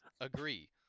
Agree